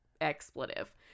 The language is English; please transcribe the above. expletive